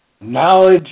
Knowledge